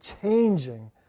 changing